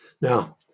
Now